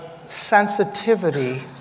sensitivity